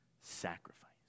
sacrifice